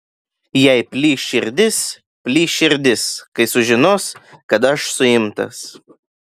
jai plyš širdis plyš širdis kai sužinos kad aš suimtas